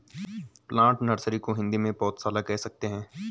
plant nursery को हिंदी में पौधशाला कह सकते हैं